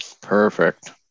Perfect